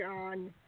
on